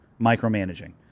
micromanaging